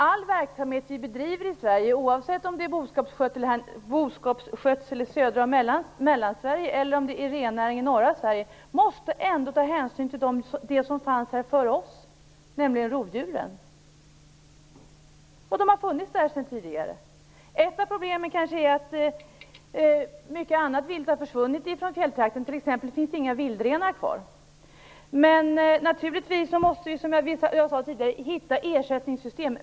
All verksamhet som vi bedriver i Sverige måste - oavsett om det är fråga om boskapsskötsel i södra och mellersta Sverige eller renskötsel i norra Sverige - måste ta hänsyn till det som fanns här före oss, nämligen rovdjuren. De har funnits här sedan tidigare. Ett av problemen kanske är att mycket annat vilt har försvunnit från fjälltrakterna. Det finns t.ex. inga vildrenar kvar.